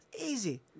easy